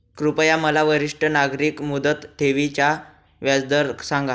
कृपया मला वरिष्ठ नागरिक मुदत ठेवी चा व्याजदर सांगा